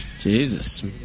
Jesus